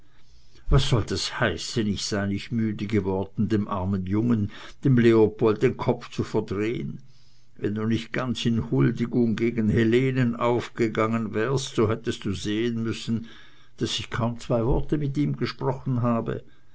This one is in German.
was soll das heißen ich sei nicht müde geworden dem armen jungen dem leopold den kopf zu verdrehen wenn du nicht ganz in huldigung gegen helenen aufgegangen wärst so hättest du sehen müssen daß ich kaum zwei worte mit ihm gesprochen ich habe